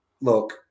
look